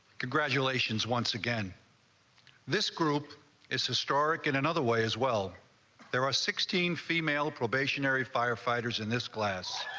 congratulations. once again this group is historic in another way, as well there are sixteen female, probationary firefighters in this class.